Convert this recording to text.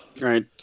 Right